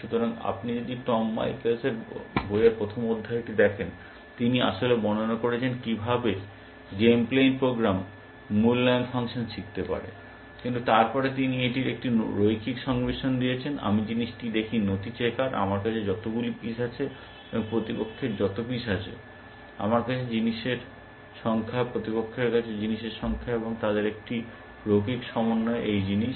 সুতরাং আপনি যদি টম মাইকেলস এর বইয়ের প্রথম অধ্যায়টি দেখেন তিনি আসলে বর্ণনা করেছেন কীভাবে গেম প্লেয়িং প্রোগ্রাম মূল্যায়ন ফাংশন শিখতে পারে কিন্তু তারপরে তিনি এটির একটি রৈখিক সংমিশ্রণ দিয়েছেন আমি জিনিসটি দেখি নথি চেকার আমার কাছে যতগুলি পিস আছে এবং প্রতিপক্ষের যত পিস আছে আমার কাছে জিনিসের সংখ্যা প্রতিপক্ষের কাছে জিনিসের সংখ্যা এবং তাদের একটি রৈখিক সমন্বয় এই জিনিস